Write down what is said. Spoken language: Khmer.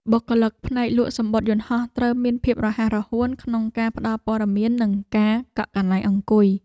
បុគ្គលិកផ្នែកលក់សំបុត្រយន្តហោះត្រូវមានភាពរហ័សរហួនក្នុងការផ្តល់ព័ត៌មាននិងការកក់កន្លែងអង្គុយ។